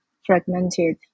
fragmented